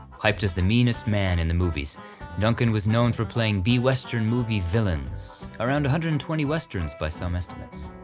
hyped as the meanest man in the movies duncan was known for playing b western movie villains, around one hundred and twenty westerns by some estimates.